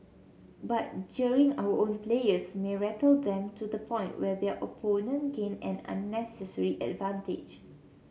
but jeering our own players may rattle them to the point where their opponent gain an unnecessary advantage